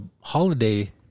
holiday